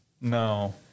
No